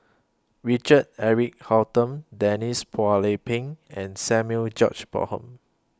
Richard Eric Holttum Denise Phua Lay Peng and Samuel George Bonham